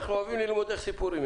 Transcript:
אנחנו אוהבים ללמוד את הסיפורים.